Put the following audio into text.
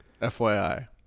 FYI